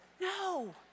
No